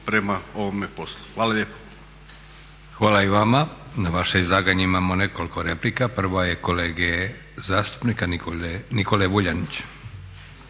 prema ovome poslu. Hvala lijepo. **Leko, Josip (SDP)** Hvala i vama. Na vaše izlaganje imamo nekoliko replika. Prva je kolege zastupnika Nikole Vuljanića.